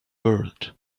world